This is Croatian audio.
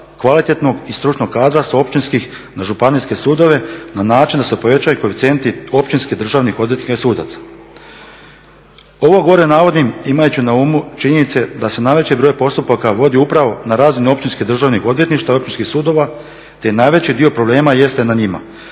kvalitetnog i stručnog kadra sa općinskih na županijske sudove na način da se povećaju koeficijenti općinskih državnih odvjetništava i sudaca. Ovo gore navodim imajući na umu činjenice da se najveći broj postupaka vodi upravo na razini općinskih državnih odvjetništava i općinskih sudova, te najveći dio problema jeste na njima.